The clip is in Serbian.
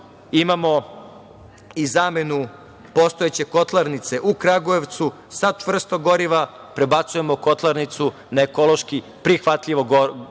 imamo i zamenu postojeće kotlarnice u Kragujevcu sa čvrstog goriva prebacujemo kotlarnicu na ekološki prihvatljivo gorivo.